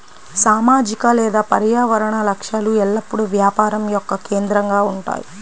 సామాజిక లేదా పర్యావరణ లక్ష్యాలు ఎల్లప్పుడూ వ్యాపారం యొక్క కేంద్రంగా ఉంటాయి